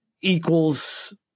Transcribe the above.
equals